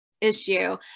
issue